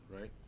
right